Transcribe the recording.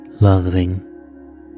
loving